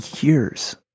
years